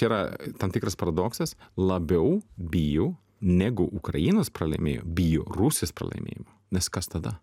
tai yra tam tikras paradoksas labiau bijo negu ukrainos pralaimėjimo bijo rusijos pralaimėjimo nes kas tada